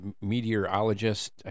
meteorologist